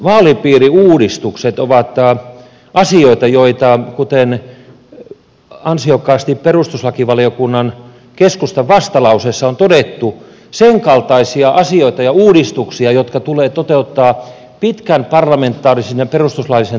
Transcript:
vaalipiiriuudistukset ovat senkaltaisia asioita ja uudistuksia kuten ansiokkaasti perustuslakivaliokunnan keskustan vastalauseessa on todettu jotka tulee toteuttaa pitkän parlamentaarisen ja perustuslaillisen tarkastelun kautta